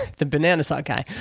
the banana socks guy,